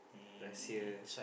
Russia